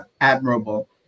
admirable